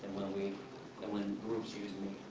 we, than when groups use